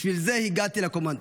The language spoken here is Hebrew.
בשביל זה הגעתי לקומנדו.